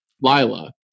Lila